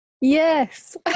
Yes